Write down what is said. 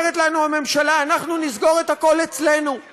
אומרת לנו הממשלה: אנחנו נסגור את הכול אצלנו,